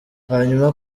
hanyuma